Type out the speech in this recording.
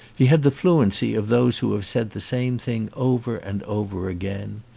he had the fluency of those who have said the same thing over and over again.